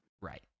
Right